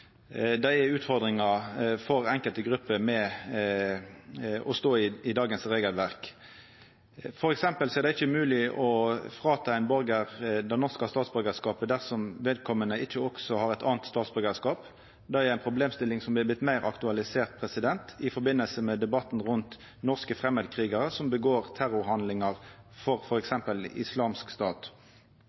enkelte grupper har med dagens regelverk. Til dømes er det ikkje mogleg å ta frå ein borgar den norske statsborgarskapen dersom vedkommande ikkje også har ein annan statsborgarskap. Det er ei problemstilling som er vorte meir aktualisert i samband med debatten rundt norske framandkrigarar som utfører terrorhandlingar for